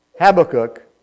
Habakkuk